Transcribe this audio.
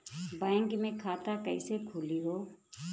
Bank मे खाता कईसे खुली हो?